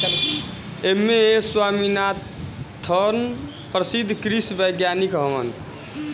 M S Swaminathan प्रसिद्ध कृषि वैज्ञानिक हवन